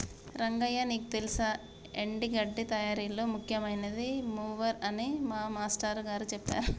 రంగయ్య నీకు తెల్సా ఎండి గడ్డి తయారీలో ముఖ్యమైనది మూవర్ అని మా మాష్టారు గారు సెప్పారు